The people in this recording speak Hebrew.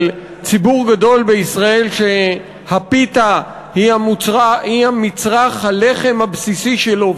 על ציבור גדול בישראל שהפיתה היא מצרך הלחם הבסיסי שלו,